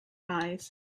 eyes